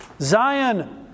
Zion